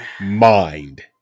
Mind